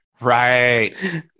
Right